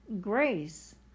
grace